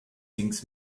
things